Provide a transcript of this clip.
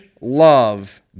love